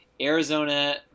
Arizona